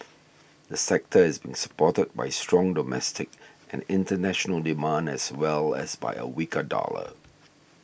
the sector is being supported by strong domestic and international demand as well as by a weaker dollar